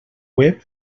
web